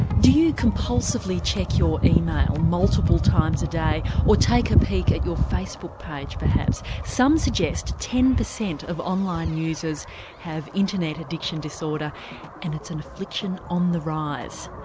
do you compulsively check your email multiple times a day or take a peek at your facebook page perhaps? some suggest ten percent of online users have internet addiction disorder and it's an affliction on the rise.